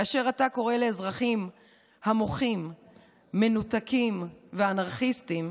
כאשר אתה קורא לאזרחים המוחים מנותקים ואנרכיסטים,